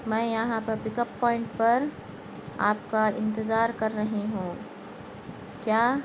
میں یہاں پر پک اپ پوائنٹ پر آپ کا انتظار کر رہی ہوں کیا